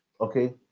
okay